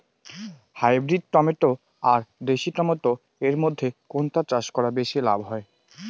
Hybrid tomato আর দেশি tomato এর মইধ্যে কোনটা চাষ করা বেশি লাভ হয়?